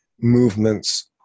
movements